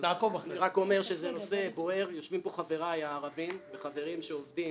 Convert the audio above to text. אני רק אומר שזה נושא בוער יושבים פה חבריי הערבים וחברים שעובדים